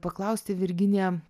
paklausti virginija